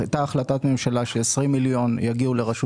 הייתה החלטת ממשלה ש-20 מיליון יגיעו לרשות